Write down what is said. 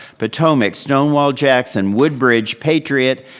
potomac, stonewall jackson, woodbridge, patriot,